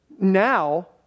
now